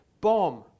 bomb